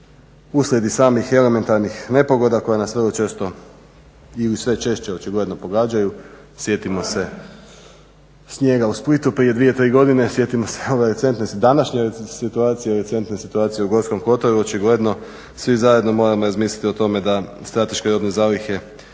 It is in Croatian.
Uslijed i samih i elementarnih nepogoda koja nas vrlo često i sve češće očigledno pogađaju sjetimo se snijega u Splitu prije dvije, tri godine. Sjetimo se ove recentne, današnje situacije, recentne situacije u Gorskom kotaru. Očigledno svi zajedno moramo razmisliti o tome da strateške robne zalihe